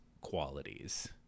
qualities